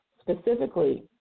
specifically